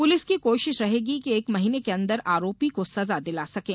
police की कोशिश रहेगी कि एक महीने के अंदर आरोपी को सजा दिला सकें